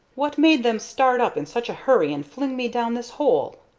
what made them start up in such a hurry and fling me down this hole?